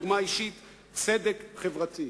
דוגמה אישית וצדק חברתי.